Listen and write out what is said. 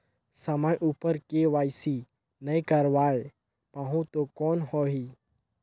समय उपर के.वाई.सी नइ करवाय पाहुं तो कौन होही?